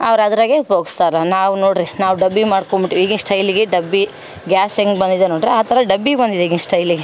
ಅವ್ರು ಅದರಾಗೆ ಉಪ್ಯೋಗಿಸ್ತಾರ ನಾವು ನೋಡಿರಿ ನಾವು ಡಬ್ಬಿ ಮಾಡ್ಕೊಂಬಿಟ್ಟು ಈಗಿನ ಸ್ಟೈಲಿಗೆ ಡಬ್ಬಿ ಗ್ಯಾಸ್ ಹೆಂಗೆ ಬಂದಿದೆ ನೋಡ್ರಿ ಆ ಥರ ಡಬ್ಬಿ ಬಂದಿದೆ ಈಗಿನ ಸ್ಟೈಲಿಗೆ